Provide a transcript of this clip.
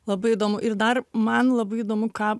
labai įdomu ir dar man labai įdomu ką